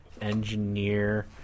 engineer